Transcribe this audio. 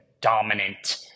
dominant